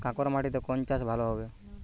কাঁকর মাটিতে কোন চাষ ভালো হবে?